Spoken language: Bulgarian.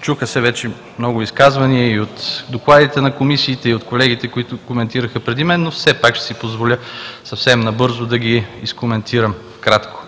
чуха се вече много изказвания и от докладите на комисиите, и от колегите, които коментираха преди мен, но все пак ще си позволя съвсем набързо да ги изкоментирам, кратко: